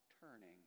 turning